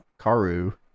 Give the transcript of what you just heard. Karu